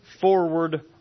forward